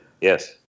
Yes